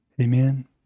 Amen